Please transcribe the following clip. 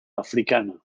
africana